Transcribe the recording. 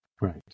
Right